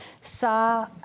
saw